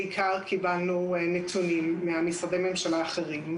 בעיקר קיבלנו נתונים ממשרדי הממשלה האחרים,